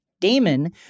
Damon